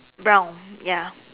brown ya